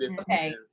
okay